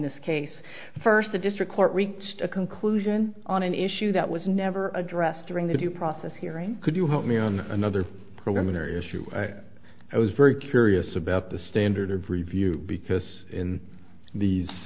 this case first the district court reached a conclusion on an issue that was never addressed during the due process hearing could you help me on another programming or issue i was very curious about the standard of review because in these